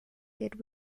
did